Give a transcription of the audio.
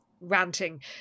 ranting